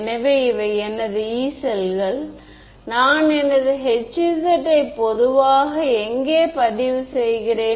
எனவே இவை எனது யீ செல்கள் நான் எனது H z யை பொதுவாக எங்கே பதிவு செய்கிறேன்